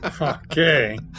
Okay